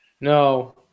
No